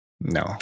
No